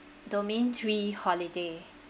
domain three holiday